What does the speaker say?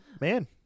man